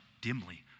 dimly